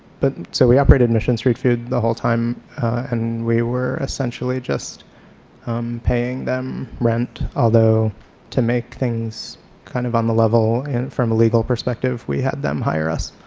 but so we operated mission street food the whole time and we were essentially just paying them rent, although to make things kind of on the level from a legal prospective we had them hire us.